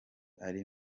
ari